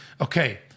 Okay